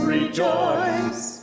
rejoice